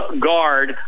guard